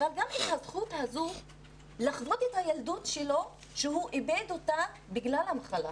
אלא גם את הזכות הזו לחוות את הילדות שלו שהוא איבד אותה בגלל המחלה.